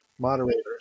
moderators